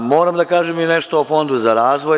Moram da kažem i nešto o Fondu za razvoj.